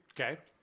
Okay